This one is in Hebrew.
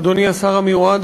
אדוני השר המיועד,